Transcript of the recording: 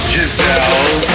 Giselle